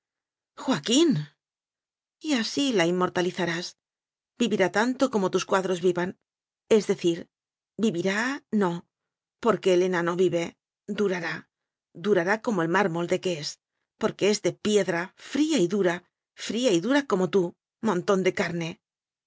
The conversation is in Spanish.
tir joaquín y así la inmortalizarás vivirá tanto como tus cuadros vivan es decir vivirá no porque helena no vive durará durará como el mármol de que es porque es de piedra fría y dura fría y dura como tú montón de carne